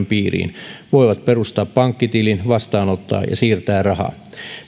piiriin voivat perustaa pankkitilin vastaanottaa ja siirtää rahaa